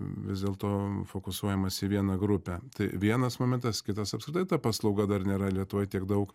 vis dėlto fokusuojamasi į vieną grupę tai vienas momentas kitas apskritai ta paslauga dar nėra lietuvoj tiek daug